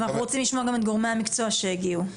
אנחנו רוצים לשמוע גם את גורמי המקצוע שהגיעו.